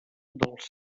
dels